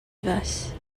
vase